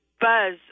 buzz